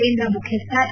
ಕೇಂದ್ರ ಮುಖ್ಯಸ್ವ ಎ